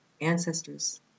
ancestors